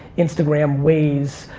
instagram, waze,